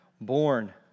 born